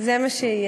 זה מה שיהיה.